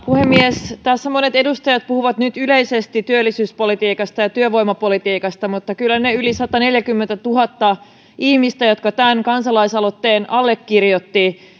puhemies tässä monet edustajat puhuvat yleisesti työllisyyspolitiikasta ja työvoimapolitiikasta mutta kyllä ne yli sataneljäkymmentätuhatta ihmistä jotka tämän kansalaisaloitteen allekirjoittivat